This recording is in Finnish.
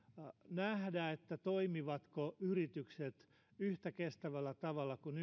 nähdä toimivatko yritykset yhtä kestävällä tavalla kuin